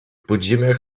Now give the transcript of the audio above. podziemiach